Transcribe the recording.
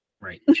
Right